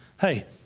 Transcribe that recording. hey